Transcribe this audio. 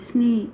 स्नि